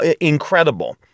incredible